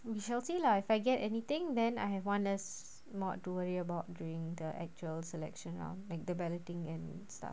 we shall see lah if I get anything then I have one less mod to worry about during the actual selection round like the balloting and stuff